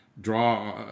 draw –